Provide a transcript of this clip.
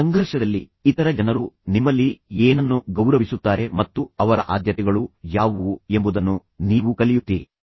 ಸಂಘರ್ಷದಲ್ಲಿ ಇತರ ಜನರು ನಿಮ್ಮಲ್ಲಿ ಏನನ್ನು ಗೌರವಿಸುತ್ತಾರೆ ಮತ್ತು ಅವರ ಆದ್ಯತೆಗಳು ಯಾವುವು ಎಂಬುದನ್ನು ನೀವು ಕಲಿಯುತ್ತೀರಿ